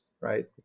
right